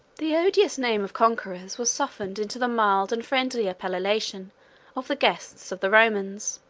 the odious name of conquerors was softened into the mild and friendly appellation of the guests of the romans